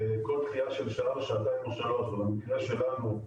כל דחייה של שעה או שעתיים במקרה שלנו,